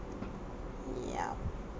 ya